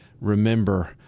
remember